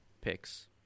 picks